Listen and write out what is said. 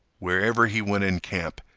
wherever he went in camp,